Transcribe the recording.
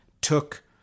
took